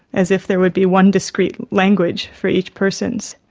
as if there would be one discrete language for each person. so